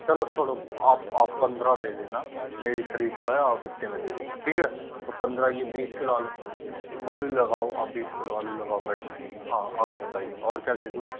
चलो छोड़ो आप आप पंद्रह दे देना मेरी ख़रीद का है आप इतने में दे देना ठीक है पंद्रह ये बीस किलो आलू बबलू लगाओ आप बीस किलो आलू लगाओ मैडम के लिए है आगे बताइए और क्या दे दूँ